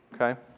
Okay